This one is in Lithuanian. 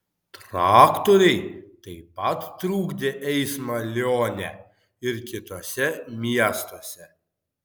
traktoriai taip pat trukdė eismą lione ir kituose miestuose